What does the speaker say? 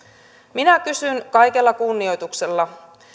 minä kysyn kaikella kunnioituksella